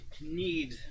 need